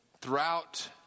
throughout